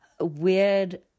weird